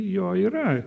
jo yra